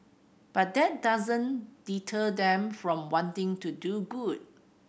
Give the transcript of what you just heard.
but that doesn't deter them from wanting to do good